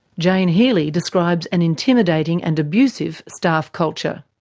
jane healey describes an intimidating and abusive staff culture.